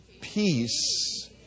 Peace